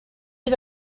had